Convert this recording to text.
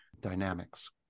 dynamics